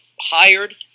hired